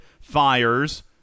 fires